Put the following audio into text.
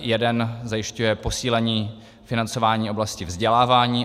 Jeden zajišťuje posílení financování v oblasti vzdělávání.